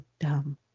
dumb